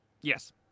Yes